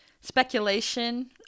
speculation